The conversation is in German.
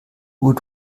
uhr